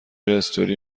استوری